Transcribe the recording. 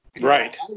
Right